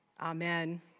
Amen